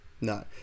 no